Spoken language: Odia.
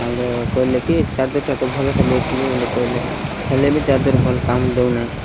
ସାଙ୍ଗେ କହିଲେ କି ଚାର୍ଜର୍ଟା ତ ଭଲଟା ଦେଇଥିଲି ବୋଲି କହିଲେ କହିଲେ ବି ଚାର୍ଜର୍ ଭଲ କାମ ଦେଉ ନାହିଁ